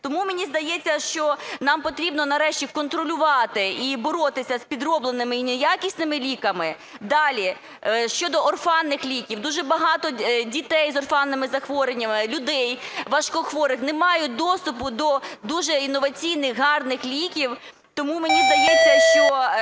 Тому мені здається, що нам потрібно нарешті контролювати і боротися з підробленими і неякісними ліками. Далі, щодо орфанних ліків. Дуже багато дітей з орфанними захворюваннями, людей важкохворих не мають доступу до дуже інноваційних гарних ліків. Тому мені здається, що